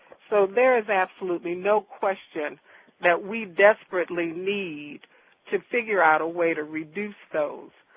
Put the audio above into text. so there is absolutely no question that we desperately need to figure out a way to reduce those.